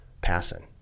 passing